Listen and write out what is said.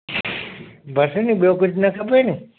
बसि नी ॿियो कुझु न खपे नी